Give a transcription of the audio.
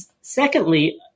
secondly